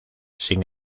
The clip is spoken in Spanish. sin